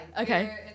Okay